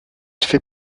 fait